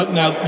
now